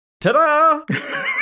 ta-da